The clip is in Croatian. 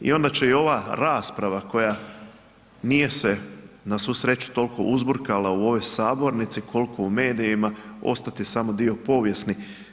Onda će i ova rasprava koja nije se na svu sreću toliko uzburkala u ovoj sabornici koliko u medijima, ostati samo dio povijesti.